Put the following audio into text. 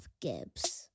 Gibbs